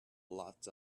blots